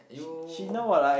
you